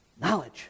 Knowledge